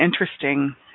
interesting